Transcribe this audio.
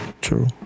true